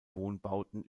wohnbauten